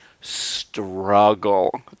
struggle